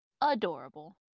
adorable